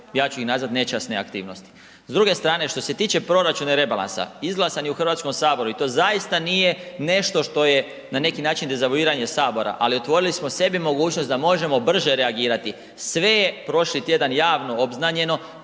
ja ču ih nazvati, nečasne aktivnosti. S druge strane, što se tiče proračuna i rebalansa, izglasan je u Hrvatskom saboru, i to zaista nije nešto što je na neki način dezavuiranje Sabora, ali otvorili smo sebi mogućnost da možemo brže reagirati. Sve je prošli tjedan javno obznanjeno,